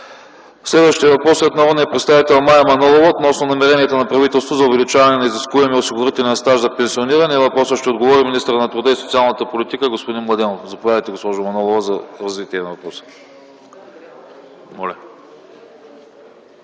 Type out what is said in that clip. Следващият въпрос е от народния представител Мая Манолова относно намерението на правителството за увеличаване на изискуемия осигурителен стаж за пенсиониране. На въпроса ще отговори министърът на труда и социалната политика господин Младенов. Заповядайте, госпожо Манолова, за развитие на въпроса. МАЯ